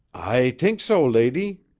i tink so, lady.